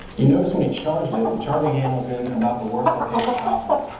you noticed when he charged it, the charging handle's in about the worst location possible.